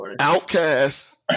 Outcast